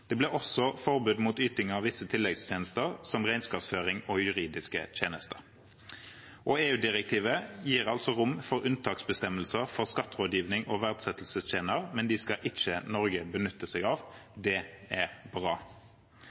Det blir også forbud mot yting av visse tilleggstjenester, som regnskapsføring og juridiske tjenester. EU-direktivet gir rom for unntaksbestemmelser for skatterådgivning og verdsettelsestjenester, men de skal ikke Norge benytte seg av. Det er bra.